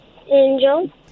Angel